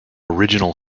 original